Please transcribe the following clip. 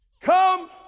come